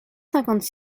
cinquante